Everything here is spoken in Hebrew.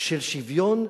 של שוויון,